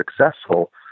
successful